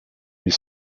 mais